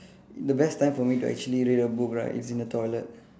the best time for me to actually read a book right is in the toilet